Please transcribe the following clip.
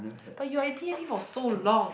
but you are in P and B for so long